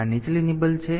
તેથી આ નીચલી નિબલ છે